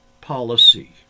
policy